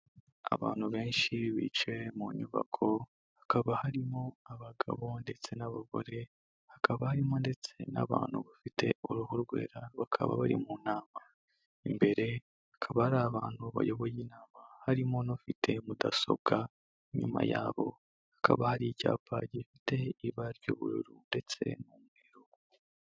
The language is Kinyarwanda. Abantu benshi bicaye mu nyubako hakaba harimo abagabo ndetse n'abagore hakaba harimo ndetse n'abantu bafite uruhu rwera bakaba bari mu inama. Imbere akaba ari abantu bayoboye inama harimo n'ufite mudasobwa inyuma yabo hakaba hari icyapa gifite ibara ry'ubururu ndetse n'umweru.